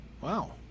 Wow